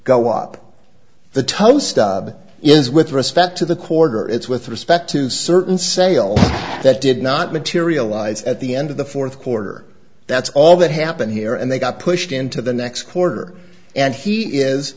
stub is with respect to the quarter it's with respect to certain sales that did not materialize at the end of the fourth quarter that's all that happened here and they got pushed into the next quarter and he is